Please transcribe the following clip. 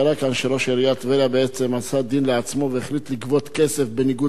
שראש עיריית טבריה בעצם עשה דין לעצמו והחליט לגבות כסף בניגוד לחוק.